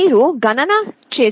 మీరు గణన చేస్తే ఇది 3